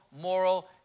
moral